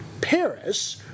Paris